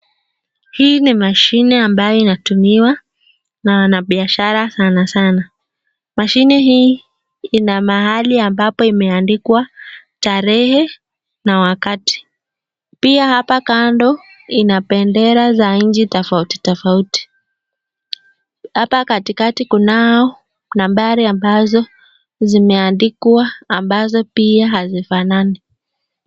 Hii ni mashine ambayo inatumiwa na wanabiashara sana sana. Mashini hii ina mahali ambapo imeandikwa tarehe na wakati pia, hapa kando ina bendera za nchi tofauti tofauti. Hapa katikati kunao nambari ambazo zimeandikwa ambazo pia hazifanani.